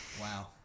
wow